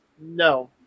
no